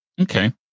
Okay